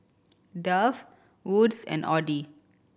Dove Wood's and Audi